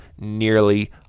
nearly